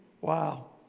Wow